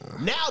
now